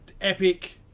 epic